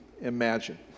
imagine